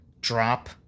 drop